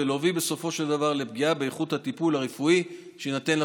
ולהביא בסופו של דבר לפגיעה באיכות הטיפול הרפואי שיינתן לתושבים.